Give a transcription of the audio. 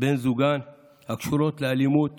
בני זוגן הקשורות לאלימות